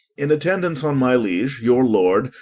in attendance on my liege, your lord,